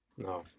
No